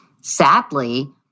sadly—